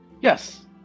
yes